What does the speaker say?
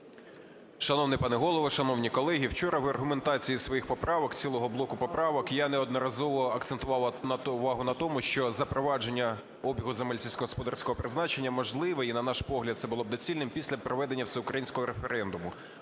Шановний пане голово, шановні колеги. Вчора в аргументації своїх поправок, цілого блоку поправок, я неодноразово акцентував увагу на тому, що запровадження обігу земель сільськогосподарського призначення можливе, і на наш погляд, це було б доцільним, після проведення всеукраїнського референдуму.